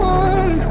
one